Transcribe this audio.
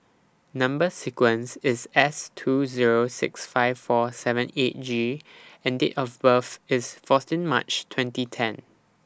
Number sequence IS S two Zero six five four seven eight G and Date of birth IS fourteen March twenty ten